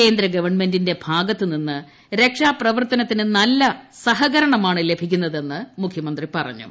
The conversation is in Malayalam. കേന്ദ്ര ഗവൺമെന്റിന്റെ ഭാഗത്തുനിന്ന് രക്ഷാപ്രവർത്തനത്തിന് നല്ല സഹകരണമാണ് ലഭിക്കുന്നതെന്ന് മുഖ്യമന്ത്രി പറഞ്ഞു